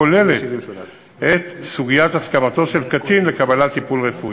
כוללת את סוגיית הסכמתו של קטין לקבלת טיפול רפואי.